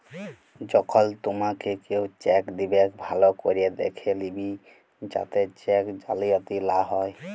যখল তুমাকে কেও চ্যাক দিবেক ভাল্য ক্যরে দ্যাখে লিবে যাতে চ্যাক জালিয়াতি লা হ্যয়